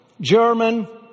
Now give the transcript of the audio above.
German